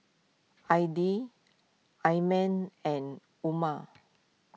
Aidil Iman and Umar